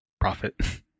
profit